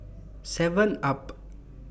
Seven up